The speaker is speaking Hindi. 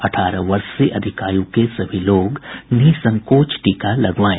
अठारह वर्ष से अधिक आयु के सभी लोग निःसंकोच टीका लगवाएं